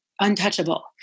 untouchable